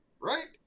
Right